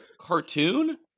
cartoon